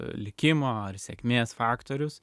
likimo ar sėkmės faktorius